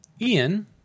ian